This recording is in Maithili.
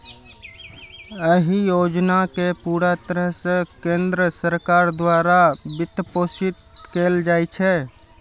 एहि योजना कें पूरा तरह सं केंद्र सरकार द्वारा वित्तपोषित कैल जाइ छै